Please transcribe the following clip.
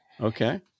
Okay